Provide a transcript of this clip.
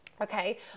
okay